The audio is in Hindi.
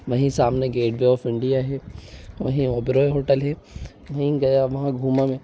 वहीं सामने गेट वे ऑफ़ इंडिया है वहीं ओबरॉय होटल है वहीं गया वहाँ घुमा मैं